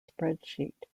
spreadsheet